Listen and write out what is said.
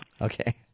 Okay